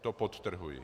To podtrhuji.